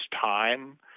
time